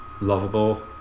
lovable